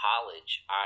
college